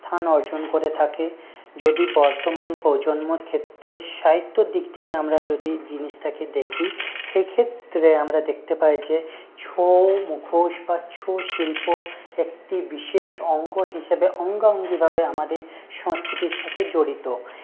স্থান অর্জন করে থাকে যদি বর্তমান প্রজন্মর ক্ষেত্রে সাহিত্যর দিক থেকে আমরা যদি জিনিসটাকে দেখি সেক্ষেত্রে আমরা দেখতে পাই যে ছৌ মুখোশ বা ছৌ শিল্প একটি বিশেষ অঙ্গ হিসেবে অঙ্গাঙ্গীভাবে আমাদের সংস্কৃতির সাথে জড়িত